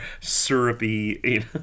syrupy